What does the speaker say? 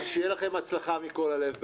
אז שיהיה לכם הצלחה מכל הלב.